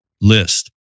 list